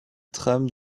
trame